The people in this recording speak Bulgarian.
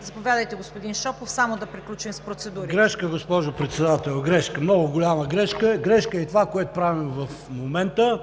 Заповядайте, господин Шопов, само да приключим с процедурите. ПАВЕЛ ШОПОВ (Нечленуващ в ПГ): Грешка, госпожо Председател, грешка, много голяма грешка е! Грешка е и това, което правим в момента.